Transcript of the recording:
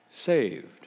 saved